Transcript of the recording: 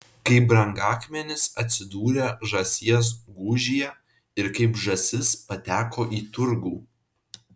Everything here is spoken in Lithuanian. kaip brangakmenis atsidūrė žąsies gūžyje ir kaip žąsis pateko į turgų